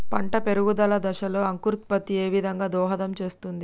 పంట పెరుగుదల దశలో అంకురోత్ఫత్తి ఏ విధంగా దోహదం చేస్తుంది?